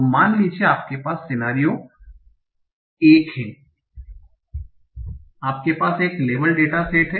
तो मान लीजिए आपके पास सिनारिओ scenario 1 है आपके पास एक लेबल डेटा सेट है